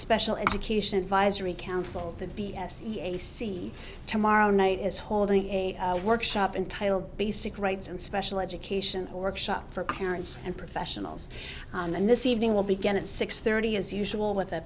special education advisory council the b s a c tomorrow night is holding a workshop in title basic rights and special education workshop for parents and professionals and this evening will begin at six thirty as usual with a